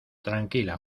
tranquila